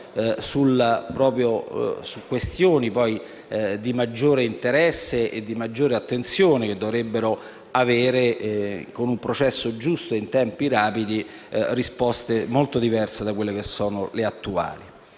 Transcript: su questioni di maggiore interesse e di maggiore attenzione che dovrebbero avere, con un processo giusto e in tempi rapidi, risposte molto diverse dalle attuali.